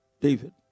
David